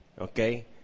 Okay